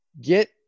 Get